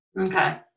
Okay